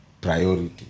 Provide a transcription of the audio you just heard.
priority